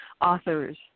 authors